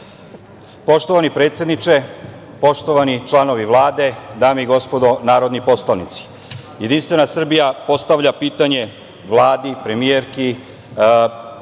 Poštovani predsedniče, poštovani članovi Vlade, dame i gospodo narodni poslanici, Jedinstvena Srbija postavlja pitanje Vladi, premijerki,